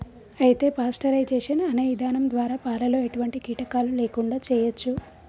అయితే పాస్టరైజేషన్ అనే ఇధానం ద్వారా పాలలో ఎటువంటి కీటకాలు లేకుండా చేయచ్చు